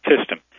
system